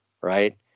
right